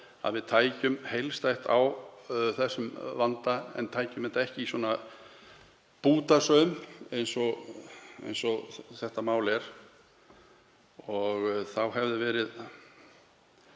að við tækjum heildstætt á þessum vanda en tækjum þetta ekki í svona bútasaum eins og þetta mál er. Þá hefði verið